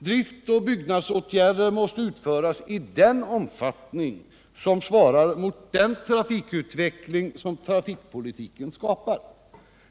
Driftoch byggnadsåtgärder måste utföras i den omfattning som svarar mot den trafikutveckling som trafikpolitiken skapar.